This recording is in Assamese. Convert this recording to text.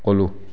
ক'লোঁ